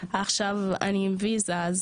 עכשיו אני עם ויזה,